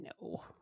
No